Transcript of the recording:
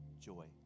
joy